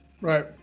Right